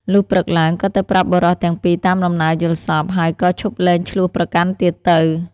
លុះព្រឹកឡើង ក៏ទៅប្រាប់បុរសទាំងពីរតាមដំណើរយល់សប្តិ ហើយក៏ឈប់លែងឈ្លោះប្រកាន់ទៀតទៅ ។